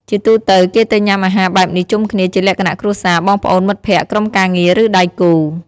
ជាទូទៅ គេទៅញុំាអាហារបែបនេះជុំគ្នាជាលក្ខណៈគ្រួសារ បងប្អូន មិត្តភក្តិ ក្រុមការងារ ឬដៃគូ។